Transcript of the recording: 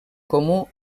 comú